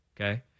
okay